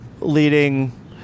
leading